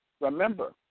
remember